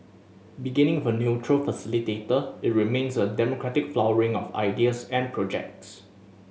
beginning a neutral facilitator it remains a democratic flowering of ideas and projects